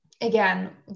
again